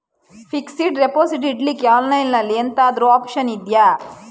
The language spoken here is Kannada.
ಫಿಕ್ಸೆಡ್ ಡೆಪೋಸಿಟ್ ಇಡ್ಲಿಕ್ಕೆ ಆನ್ಲೈನ್ ಅಲ್ಲಿ ಎಂತಾದ್ರೂ ಒಪ್ಶನ್ ಇದ್ಯಾ?